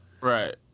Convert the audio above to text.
Right